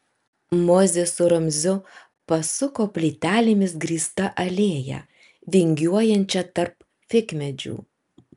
mozė su ramziu pasuko plytelėmis grįsta alėja vingiuojančia tarp figmedžių